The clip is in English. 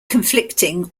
conflicting